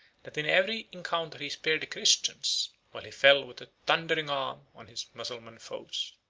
that in every encounter he spared the christians, while he fell with a thundering arm on his mussulman foes.